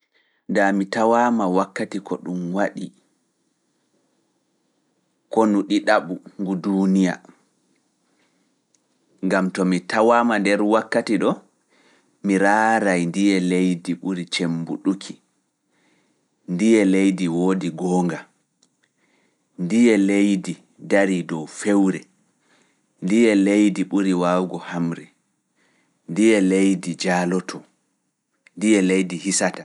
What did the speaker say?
Nda mi subi mi tawe hitaande konu duniya didaba gam mi laara no dun habirta